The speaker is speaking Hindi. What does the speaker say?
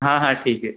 हाँ हाँ ठीक है